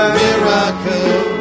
miracle